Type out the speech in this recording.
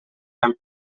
tan